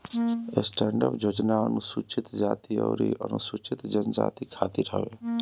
stand up योजना अनुसूचित जाती अउरी अनुसूचित जनजाति खातिर हवे